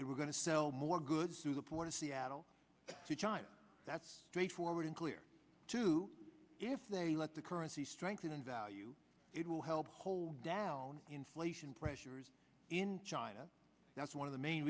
and we're going to sell more goods through the port of seattle to china that's straightforward and clear to if they let the currency strengthen in value it will help hold down inflation pressures in china that's one of the main